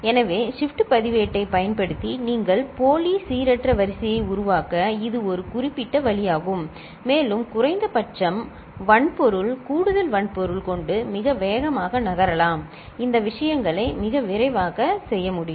எனவே ஷிப்ட் பதிவேட்டைப் பயன்படுத்தி நீங்கள் போலி சீரற்ற வரிசையை உருவாக்க இது ஒரு குறிப்பிட்ட வழியாகும் மேலும் குறைந்தபட்சம் வன்பொருள் கூடுதல் வன்பொருள் கொண்டு மிக வேகமாக நகரலாம் சரி இந்த விஷயங்களை மிக விரைவாக செய்ய முடியும்